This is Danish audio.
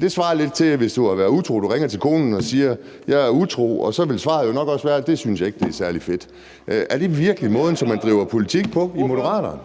Det svarer jo lidt til, at du, hvis du har været din kone utro, ringer til hende, og siger, at du er utro. Så vil svaret jo nok også være, at det synes hun ikke er særlig fedt. Er det virkelig måden, som man driver politik på i Moderaterne?